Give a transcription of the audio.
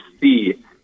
see